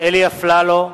אלי אפללו,